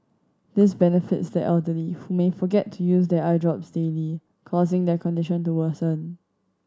this benefits the elderly who may forget to use their eye drops daily causing their condition to worsen